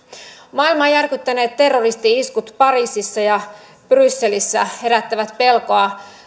maailmaa järkyttäneet terroristi iskut pariisissa ja brysselissä herättävät pelkoa